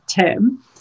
term